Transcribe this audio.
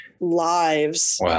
lives